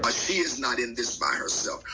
ah she is not in this by herself.